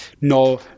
no